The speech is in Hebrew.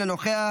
אינו נוכח,